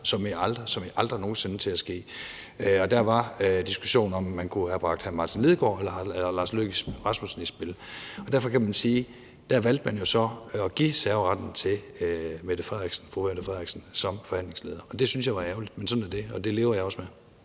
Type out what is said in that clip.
som i aldrig nogen sinde til at ske. Der var diskussionen, om man kunne have bragt hr. Martin Lidegaard eller hr. Lars Løkke Rasmussen i spil. Derfor kan man sige, at der valgte man jo så at give serveretten til fru Mette Frederiksen som forhandlingsleder. Og det synes jeg var ærgerligt, men sådan er det, og det lever jeg også med.